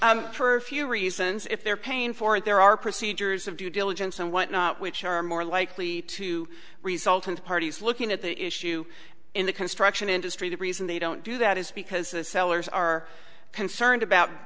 pay for a few reasons if they're paying for it there are procedures of due diligence and whatnot which are more likely to result in the parties looking at the issue in the construction industry the reason they don't do that is because the sellers are concerned about